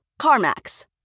CarMax